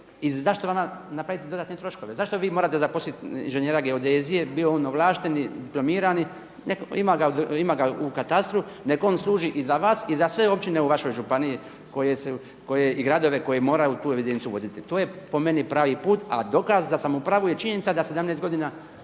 I zašto vama napraviti dodatne troškove, zašto vi morate zaposliti inženjera geodezije bio on ovlašteni, diplomirani, ima ga u katastru, neka on služi i za vas i za sve općine u vašoj županiji, i gradove, koji moraju tu evidenciju voditi. To je po meni pravi put, a dokaz da sam u pravu je činjenica da 17 godina